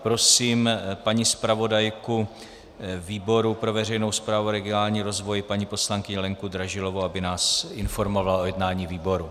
Prosím paní zpravodajku výboru pro veřejnou správu a regionální rozvoj paní poslankyni Lenku Dražilovou, aby nás informovala o jednání výboru.